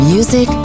Music